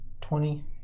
Twenty